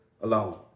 alone